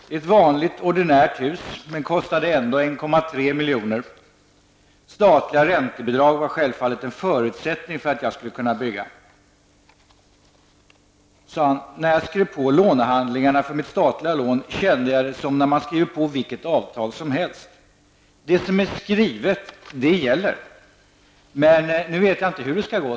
Det är ett vanligt ordinärt hus men kostade ändå 1,3 miljoner. Statliga räntebidrag var självfallet en förutsättning för att jag skulle kunna bygga. När jag skrev på lånehandlingarna för mitt statliga lån kände jag det som när man skriver på vilket avtal som helst. Det som är skrivet det gäller. Men nu vet jag inte hur det skall gå.